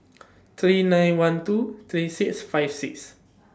three nine one two three six five six